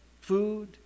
food